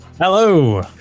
Hello